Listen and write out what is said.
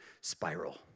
spiral